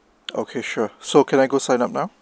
okay sure so can I go sign up now